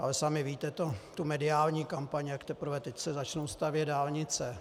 Ale sami víte tu mediální kampaň, jak teprve teď se začnou stavět dálnice.